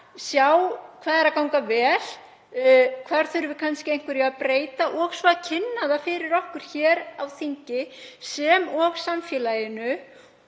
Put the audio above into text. sjá hvað gangi vel og hvar þurfi kannski einhverju að breyta, og kynna það fyrir okkur hér á þingi sem og í samfélaginu